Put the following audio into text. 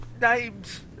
Names